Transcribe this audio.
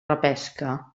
repesca